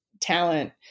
talent